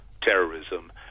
terrorism